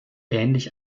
ähnlich